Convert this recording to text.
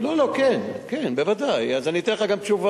כן כן, בוודאי, אז אני אתן לך גם תשובה.